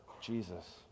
Jesus